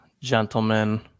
gentlemen